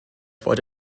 fod